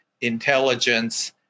intelligence